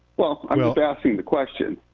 well, i'm just asking the question.